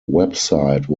website